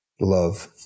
Love